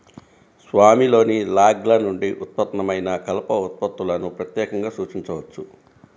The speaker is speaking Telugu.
స్వామిలోని లాగ్ల నుండి ఉత్పన్నమైన కలప ఉత్పత్తులను ప్రత్యేకంగా సూచించవచ్చు